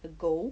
a go